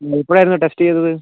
എപ്പോഴായിരുന്നു test ചെയ്തത്